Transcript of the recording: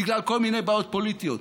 בגלל כל מיני בעיות פוליטיות.